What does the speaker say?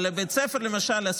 אבל למשל לבית ספר הספציפי,